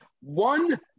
one